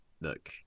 look